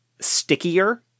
stickier